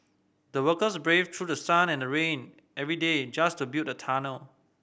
the workers braved through the sun and rain every day just to build the tunnel